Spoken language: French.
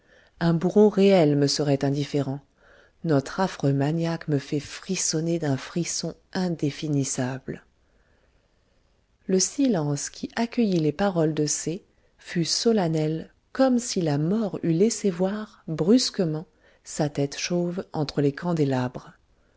un bourreau réel me serait indifférent notre affreux maniaque me fait frissonner d'un frisson indéfinissable le silence qui accueillit les paroles de c fut solennel comme si la mort eût laissé voir brusquement sa tête chauve entre les candélabres